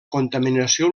contaminació